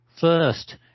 first